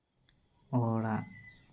ᱚᱲᱟᱜ